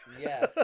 Yes